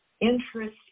interest